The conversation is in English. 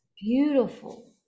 beautiful